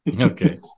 Okay